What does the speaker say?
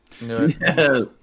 Yes